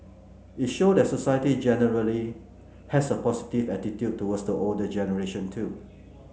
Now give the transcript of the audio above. it showed that society generally has a positive attitude towards the older generation too